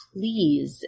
please